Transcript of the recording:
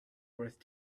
worth